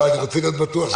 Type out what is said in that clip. רציתי להיות בטוח.